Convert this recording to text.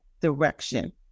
direction